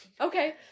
okay